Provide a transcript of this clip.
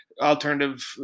alternative